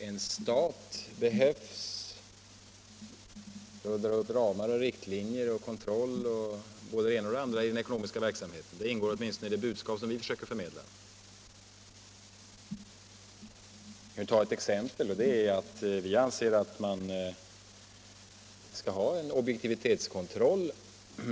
En stat behövs för att dra upp ramar och riktlinjer och kontroll och både det ena och det andra i den ekonomiska verksamheten. Det ingår åtminstone i det budskap som vi försöker förmedla. För att ta ett exempel anser vi att man skall ha en objektivitetskontroll.